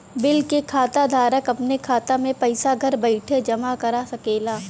bill के खाता धारक अपने खाता मे पइसा घर बइठे जमा करा सकेला